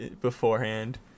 beforehand